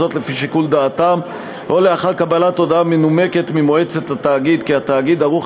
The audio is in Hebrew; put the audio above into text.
לפי שיקול דעתם או לאחר קבלת הודעה מנומקת ממועצת התאגיד כי התאגיד ערוך